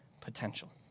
potential